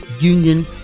Union